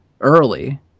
early